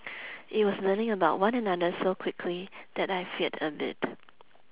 it was learning about one another so quickly that I feared a bit